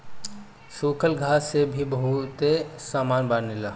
सूखल घास से भी बहुते सामान बनेला